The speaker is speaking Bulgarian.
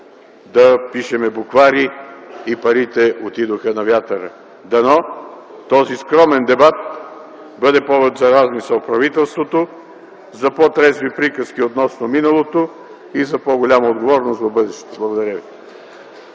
да пишем буквари и парите отидоха на вятъра. Дано този скромен дебат бъде повод за размисъл в правителството, за по-трезви приказки относно миналото и за по-голяма отговорност за бъдещето. Благодаря Ви.